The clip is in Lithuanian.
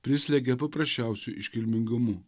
prislegia paprasčiausiu iškilmingumu